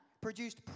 produced